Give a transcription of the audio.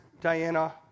Diana